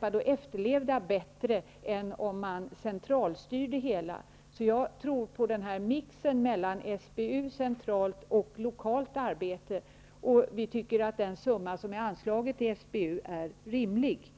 och efterlevs bättre än om det hela centralstyrs. Jag tror på en mix mellan centralt arbete från SBU och lokalt arbete. Vi tycker att den summa som är anslagen till SBU är rimlig.